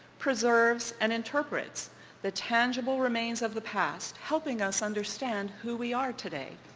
preserves and interprets the tangible remains of the past helping us understand who we are today.